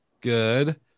good